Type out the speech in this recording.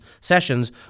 sessions